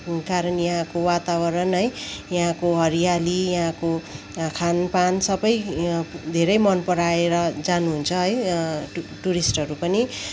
कारण यहाँको वातावरण है यहाँको हरियाली यहाँको खानपान सबै धेरै मनपराएर जानुहुन्छ है टुरिस्टहरू पनि